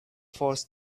force